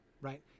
right